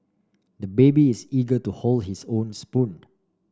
the baby is eager to hold his own spoon